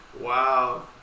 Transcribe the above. wow